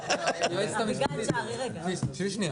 הישיבה